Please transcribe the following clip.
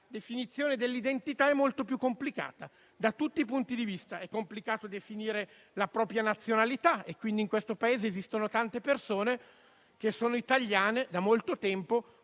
definizione dell'identità è molto più complicata, da tutti i punti di vista. È complicato definire la propria nazionalità e quindi nel Paese esistono tante persone che sono italiane da molto tempo,